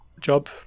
job